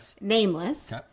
nameless